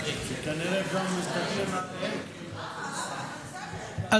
נמשיך להגן על האדמה שלנו,